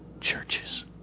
churches